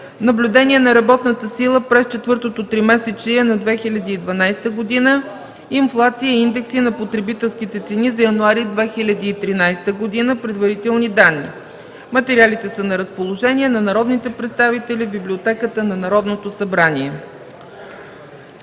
„Наблюдение на работната сила през четвъртото тримесечие на 2012 г.”, „Инфлация и индекси на потребителските цени за януари 2013 г. – предварителни данни”. Материалите са на разположение на народните представители в Библиотеката на Народното събрание.